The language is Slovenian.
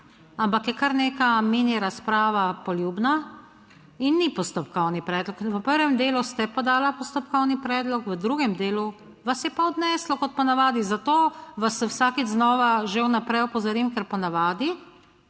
ampak je kar neka mini razprava, poljubna in ni postopkovni predlog. V prvem delu ste podala postopkovni predlog. V drugem delu vas je pa odneslo, kot po navadi, zato vas vsakič znova že vnaprej opozorim, ker po navadi